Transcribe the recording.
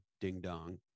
ding-dong